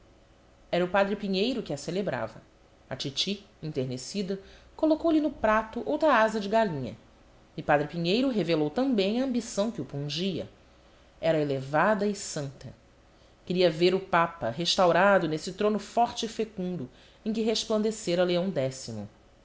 era o padre pinheiro que a celebrava a titi enternecida colocou lhe no prato outra asa de galinha e padre pinheiro revelou também a ambição que o pungia era elevada e santa queria ver o papa restaurado nesse trono forte e fecundo em que resplandecera leão